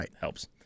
helps